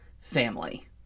family